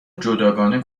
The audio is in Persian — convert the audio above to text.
جداگانه